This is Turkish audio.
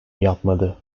yapmadı